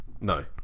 No